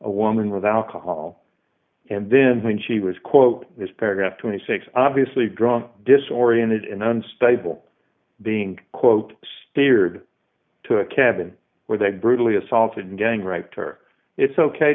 a woman with alcohol and then think she was quote this paragraph twenty six obviously drunk disoriented in unstable being quote steered to a cabin where they brutally assaulted and gang raped her it's ok